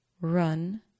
run